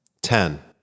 Ten